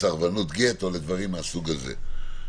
לסרבנות גט." או לדברים מהסוג הזה.